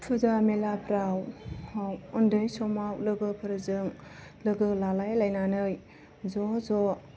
फुजा मेलाफ्राव उन्दै समाव लोगोफोरजों लोगो लालायलायनानै ज' ज'